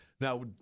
Now